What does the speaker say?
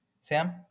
Sam